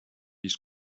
his